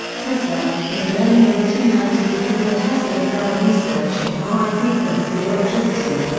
tesla in the early eighteen ninety s nikola tesla began research into high frequency electricity.